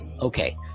Okay